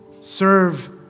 Serve